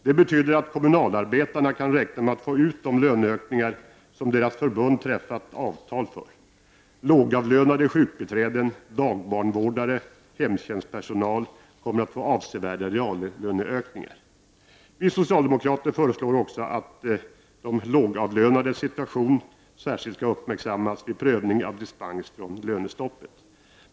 Det betyder att kommunalarbetarna kan räkna med att få ut de löneökningar som deras förbund träffat avtal för. Lågavlönade sjukvårdsbiträden, dagbarnvårdare och hemtjänstpersonal kommer att få avsevärda reallöneökningar. Vi socialdemokrater föreslår också att de lågavlönades situation särskilt skall uppmärksammas vid prövning av dispens från lönestoppet.